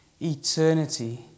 eternity